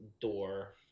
door